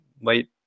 late